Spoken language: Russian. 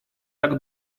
так